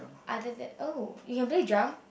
other that oh you can play jump